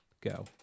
go